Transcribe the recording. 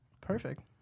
Perfect